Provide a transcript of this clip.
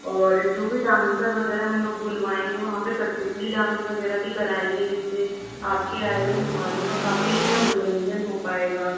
और जो भी डांसर वगैरह हम लोग बुलवाएंगे वहाँ पे कठपुतली डांस वगैरह भी कराएंगे जिससे आपके आए हुए मेहमानों का काफी अच्छा मनोरंजन हो पाएगा